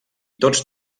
tots